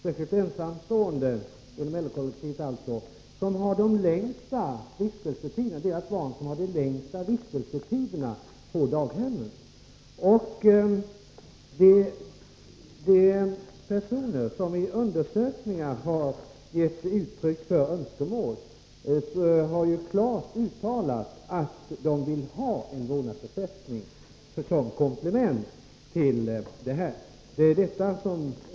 Fru talman! Barnen till föräldrar inom LO-kollektivet, särskilt de ensamståendes barn, har de längsta vistelsetiderna på daghemmen. Personer som i undersökningar har uttryckt önskemål har klart uttalat att de vill ha ett system med vårdnadsersättning som komplement till dessa daghem.